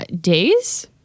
days